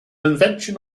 invention